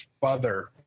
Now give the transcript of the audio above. father